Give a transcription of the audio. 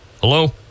Hello